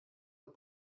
und